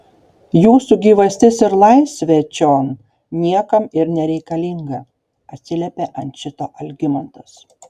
jūsų gyvastis ir laisvė čion niekam ir nereikalinga atsiliepė ant šito algimantas